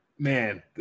Man